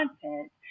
content